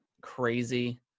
crazy